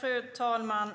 Fru talman!